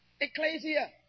Ecclesia